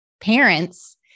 parents